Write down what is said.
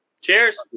Cheers